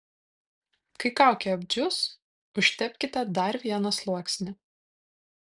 kai kaukė apdžius užtepkite dar vieną sluoksnį